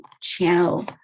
channel